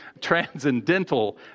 Transcendental